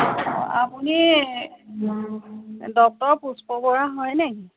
আপুনি ডক্টৰ পুষ্প বৰা হয়নি